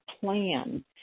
plan